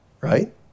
Right